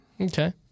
Okay